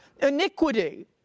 iniquity